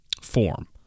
form